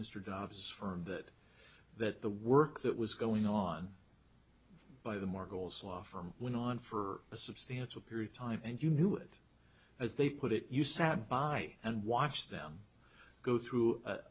mr dobbs for that that the work that was going on by the more goals from went on for a substantial period of time and you knew it as they put it you sat by and watched them go through a